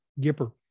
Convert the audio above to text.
Gipper